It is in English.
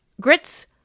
Grits